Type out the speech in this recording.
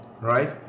right